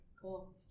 Cool